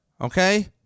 okay